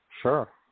Sure